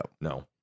No